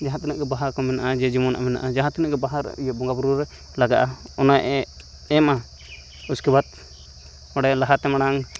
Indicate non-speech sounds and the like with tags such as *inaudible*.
ᱡᱟᱦᱟᱸᱛᱤᱱᱟᱹᱜ ᱜᱮ ᱵᱟᱦᱟᱠᱚ ᱢᱮᱱᱟᱜᱼᱟ ᱡᱮ ᱡᱮᱢᱚᱱ ᱢᱮᱱᱟᱜᱼᱟ ᱡᱟᱦᱟᱸ ᱛᱤᱱᱟᱹᱜ ᱜᱮ ᱵᱟᱦᱟᱨᱮ *unintelligible* ᱵᱚᱸᱜᱟ ᱵᱩᱨᱩᱨᱮ ᱞᱟᱜᱟᱜᱼᱟ ᱚᱱᱟᱭ *unintelligible* ᱮᱢᱟ ᱩᱥᱠᱮ ᱵᱟᱫᱽ ᱚᱸᱰᱮ ᱞᱟᱦᱟᱛᱮ ᱢᱟᱲᱟᱝ